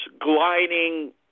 gliding